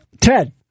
Ted